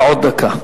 ועוד דקה.